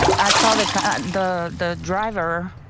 i saw the the the driver,